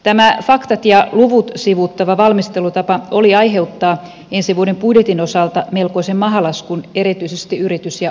tämä faktat ja luvut sivuuttava valmistelutapa oli aiheuttaa ensi vuoden budjetin osalta melkoisen mahalaskun erityisesti yritys ja osinkoverouudistuksessa